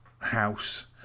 house